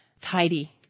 tidy